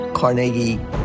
Carnegie